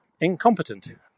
incompetent